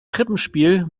krippenspiel